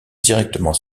directement